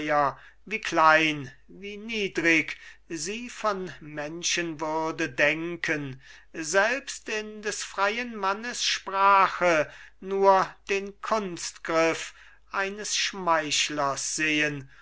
wie klein wie niedrig sie von menschenwürde denken selbst in des freien mannes sprache nur den kunstgriff eines schmeichlers sehen